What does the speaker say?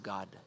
God